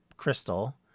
crystal